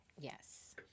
Yes